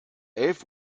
elf